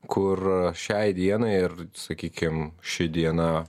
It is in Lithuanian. kur šiai dienai ir sakykim ši diena